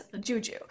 juju